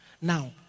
now